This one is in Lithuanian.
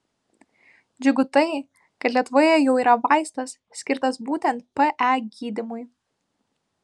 džiugu tai kad lietuvoje jau yra vaistas skirtas būtent pe gydymui